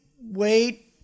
wait